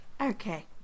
Okay